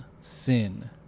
sin